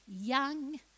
young